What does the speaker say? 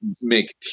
make